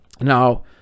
Now